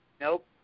Nope